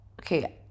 okay